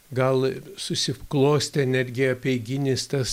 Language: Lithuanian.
gal ir susiklostė netgi apeiginis tas